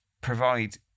provide